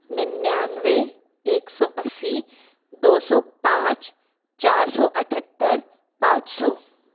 निन्यानवे एक सौ अस्सी दो सौ पाँच चार सौ अठहत्तर पाँच सौ